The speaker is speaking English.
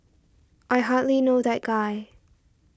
I hardly know that guy